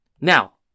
Now